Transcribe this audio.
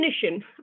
definition